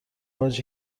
هاش